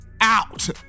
out